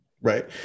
Right